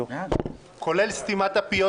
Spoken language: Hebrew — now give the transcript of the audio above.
כולל סתימת הפיות